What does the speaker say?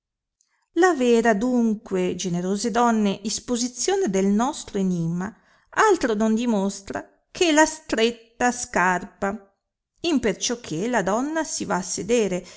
la vera adunque generose donne isposizione del nostro enimma altro non dimostra che la stretta scarpa imperciò che la donna si va a sedere